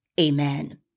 amen